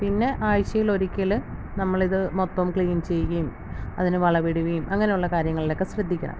പിന്നെ ആഴ്ചയിൽ ഒരിക്കൽ നമ്മൾ ഇത് മൊത്തം ക്ലീൻ ചെയ്യുകയും അതിന് വളവിടുകയും അങ്ങനെയുള്ള കാര്യങ്ങളിലൊക്കെ ശ്രദ്ധിക്കണം